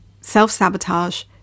self-sabotage